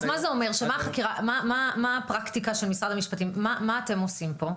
מה אתם עושים פה?